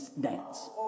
dance